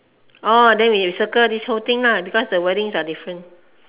orh then you circle this whole thing lah because the wordings are different